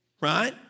right